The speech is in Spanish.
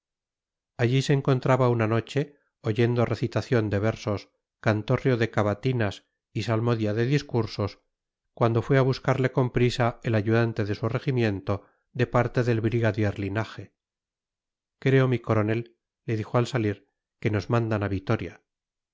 allí se encontraba una noche oyendo recitación de versos cantorrio de cavatinas y salmodia de discursos cuando fue a buscarle con prisa el ayudante de su regimiento de parte del brigadier linaje creo mi coronel le dijo al salir que nos mandan a vitoria